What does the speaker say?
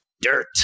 dirt